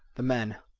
the men,